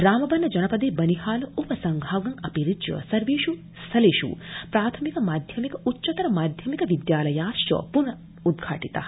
रामबन जनपदे बनिहाल उप सम्भागम अतिरिच्य सर्वेष् स्थलेष् प्राथमिक माध्यमिक उच्चतर माध्यमिक विद्यालया अद्य पुनरुद्घाटिता